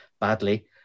Badly